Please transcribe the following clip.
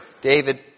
David